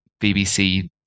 BBC